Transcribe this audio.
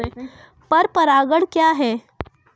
पर परागण क्या है?